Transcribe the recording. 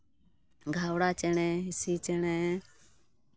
ᱜᱷᱟᱣᱲᱟ ᱪᱮᱬᱮ ᱦᱤᱸᱥᱩ ᱪᱮᱬᱮ